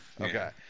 Okay